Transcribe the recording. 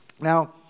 Now